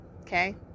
Okay